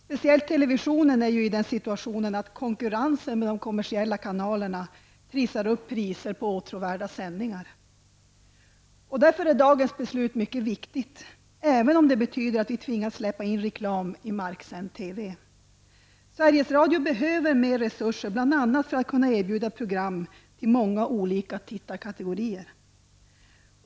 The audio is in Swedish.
Speciellt televisionen är i den situationen att konkurrensen med de kommersiella kanalerna trissar upp priserna på åtråvärda sändningar. Dagens beslut är därför mycket viktigt, även om det betyder att vi tvingas släppa in reklam i marksända TV-program. Sveriges Radio behöver mer resurser bl.a. för att kunna erbjuda program till många olika tittarkategorier.